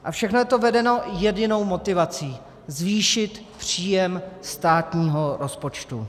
A všechno je to vedeno jedinou motivací: zvýšit příjem státního rozpočtu.